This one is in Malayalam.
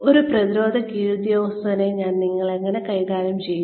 ഒരു പ്രതിരോധ കീഴുദ്യോഗസ്ഥനെ നിങ്ങൾ എങ്ങനെ കൈകാര്യം ചെയ്യും